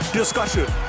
discussion